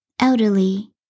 Elderly